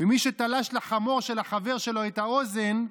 מי שתלש לחמור של החבר שלו את האוזן,